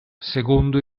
secondo